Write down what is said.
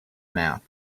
mouth